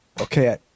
okay